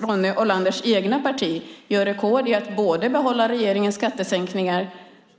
Ronny Olanders eget parti slår rekord genom att både behålla regeringens skattesänkningar